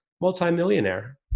Multi-millionaire